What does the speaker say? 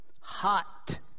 hot